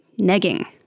Negging